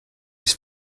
his